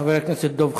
חבר הכנסת דב חנין.